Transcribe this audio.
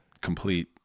Complete